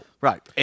right